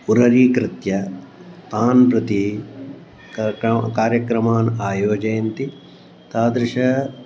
उरीकृत्य तान् प्रति कार्यक्रमान् आयोजयन्ति तादृशाः